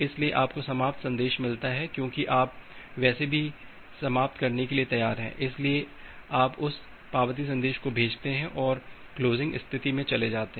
इसलिए आपको समाप्त संदेश मिलता है क्योंकि आप वैसे भी समाप्त करने के लिए तैयार हैं इसलिए आप उस पावती संदेश को भेजते हैं और क्लोजिंग स्थिति में चले जाते हैं